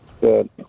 Good